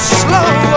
slow